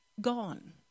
Gone